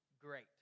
great